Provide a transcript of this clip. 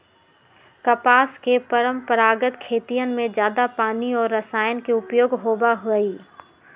कपास के परंपरागत खेतियन में जादा पानी और रसायन के उपयोग होबा हई